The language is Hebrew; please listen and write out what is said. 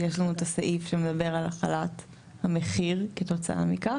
אז יש לנו את הסעיף שמדבר על הכלת המחיר כתוצאה מכך,